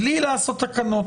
בלי לעשות תקנות.